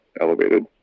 elevated